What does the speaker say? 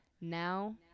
Now